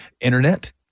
internet